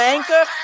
Anchor